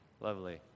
Lovely